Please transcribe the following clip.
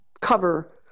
cover